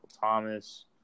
thomas